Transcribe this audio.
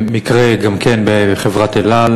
גם כן בחברת "אל על"